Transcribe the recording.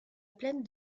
plaine